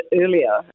earlier